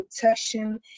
protection